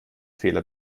fehler